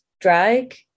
drag